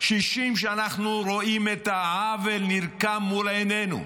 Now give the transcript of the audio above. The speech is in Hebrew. אנחנו רואים את העוול נרקם מול עינינו.